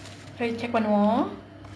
wait check பண்ணுவோம்:pannuvom